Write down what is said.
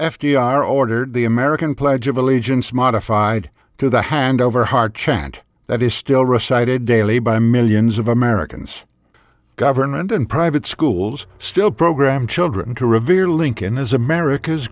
r ordered the american pledge of allegiance modified to the hand over heart chant that is still recited daily by millions of americans government and private schools still program children to revere lincoln as america's